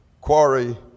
quarry